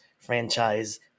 franchise